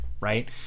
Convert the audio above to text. right